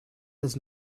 does